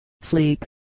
sleep